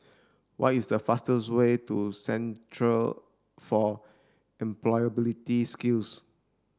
what is the fastest way to Centre for Employability Skills